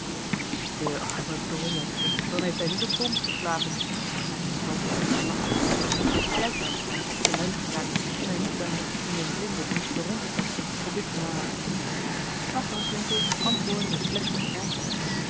de arme drommel dan heeft hij niet op dons geslapen merkte schout gerrit lachend aan blijkbaar was hij in goede luim geraakt nu hij niet langer in den blinde behoefde rond te tasten op dit belangrijke punt maar graswinckel antwoordde met plechtige ernst